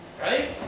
right